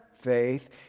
faith